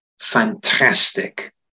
fantastic